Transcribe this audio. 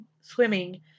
swimming